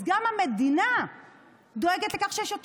אז גם המדינה דואגת לכך שיש יותר